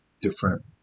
different